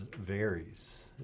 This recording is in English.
varies